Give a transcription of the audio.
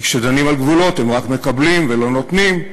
כשדנים על גבולות הם רק מקבלים ולא נותנים,